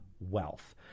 wealth